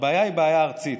הבעיה היא בעיה ארצית,